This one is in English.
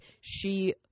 she-